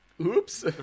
Oops